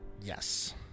Yes